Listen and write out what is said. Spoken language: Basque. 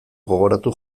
gogoratu